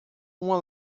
uma